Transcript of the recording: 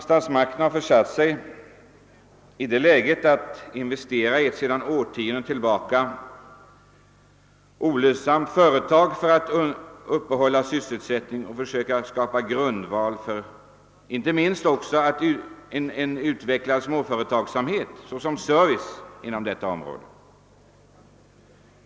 Statsmakterna har försatt sig i det läget att de måste investera i ett sedan årtionden tillbaka olönsamt företag för att upprätthålla sysselsättningen och skapa grundval för en utvecklad småföretagsamhet såsom service inom området.